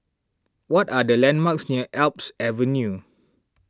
what are the landmarks near Alps Avenue